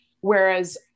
Whereas